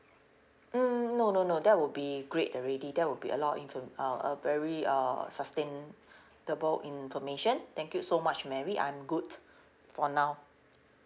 mm no no no that would be great already that would be a lot infor~ uh uh very uh sustainable information thank you so much mary I'm good for now